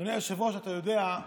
אדוני היושב-ראש, אתה יודע שזמן